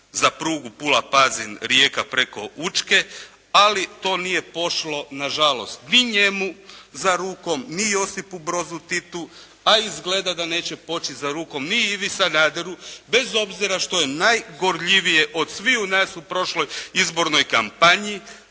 za prugu Pula – Pazin – Rijeka preko Učke, ali to nije pošlo na žalost ni njemu za rukom, ni Josipu Brozu Titu, a izgleda da neće poći za ruku ni Ivi Sanaderu bez obzira što je najgorljivije od sviju nas u prošloj izbornoj kampanji